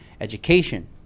education